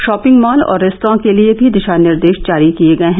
shopping mall और restaurant के लिए भी दिशा निर्देश जारी किये गए हैं